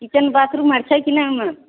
kitchen bathroom छै कि नहि ओहिमे